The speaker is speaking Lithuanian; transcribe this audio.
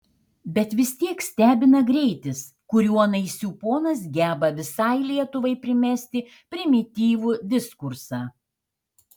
bet vis tiek stebina greitis kuriuo naisių ponas geba visai lietuvai primesti primityvų diskursą